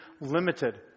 limited